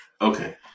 Okay